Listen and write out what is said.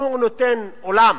אם הוא נותן אולם